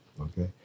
Okay